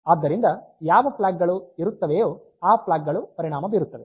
ಆದ್ದರಿಂದ ಯಾವ ಫ್ಲಾಗ್ ಗಳು ಇರುತ್ತವೆಯೋ ಆ ಫ್ಲಾಗ್ ಗಳು ಪರಿಣಾಮ ಬೀರುತ್ತವೆ